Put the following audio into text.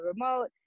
remote